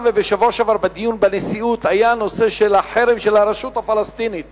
בשבוע שעבר היה הנושא של החרם של הרשות הפלסטינית